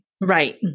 Right